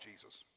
Jesus